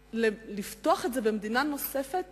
לפתוח את זה במדינה נוספת